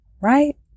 Right